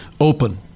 open